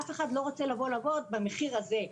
אף אחד לא רוצה לבוא לעבוד במחיר הזה,